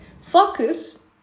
Focus